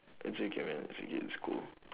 it's okay man it's okay it's cool